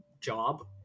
job